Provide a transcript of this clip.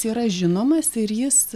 yra žinomas ir jis